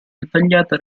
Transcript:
dettagliata